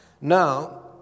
Now